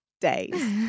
days